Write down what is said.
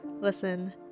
listen